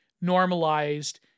normalized